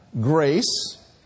Grace